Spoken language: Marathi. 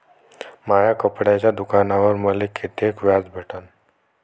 माया कपड्याच्या दुकानावर मले कितीक व्याज भेटन?